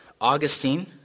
Augustine